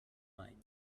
mine